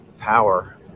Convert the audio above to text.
power